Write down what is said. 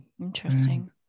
Interesting